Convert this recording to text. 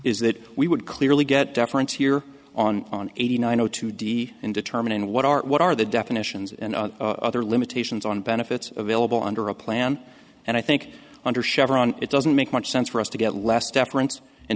is that we would clearly get deference here on on eighty nine zero two d in determining what are what are the definitions and other limitations on benefits available under a plan and i think under chevron it doesn't make much sense for us to get less deference in